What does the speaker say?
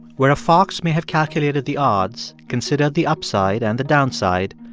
where a fox may have calculated the odds, considered the upside and the downside,